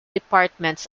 departments